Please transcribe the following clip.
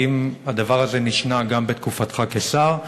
האם הדבר הזה נשנה גם בתקופתך כשר,